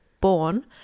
born